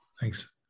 thanks